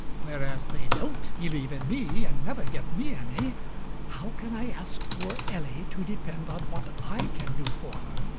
whereas they don't believe in me and never give me any, how can i ask poor ellie to depend on what i can do for her?